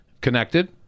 connected